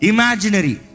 Imaginary